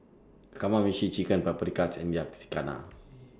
Kamameshi Chicken Paprikas and Yakizakana